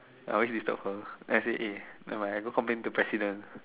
I always disturb her I say eh never mind I go complain to president